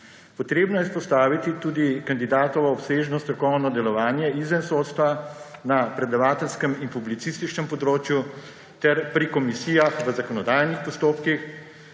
Treba je izpostaviti tudi kandidatovo obsežno strokovno delovanje izven sodstva na predavateljskem in publicističnem področju ter pri komisijah v zakonodajnih postopkih,